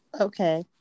Okay